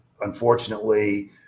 unfortunately